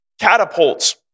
catapults